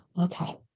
Okay